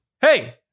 hey